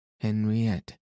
Henriette